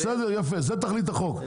בסדר, יפה, זו תכלית החוק.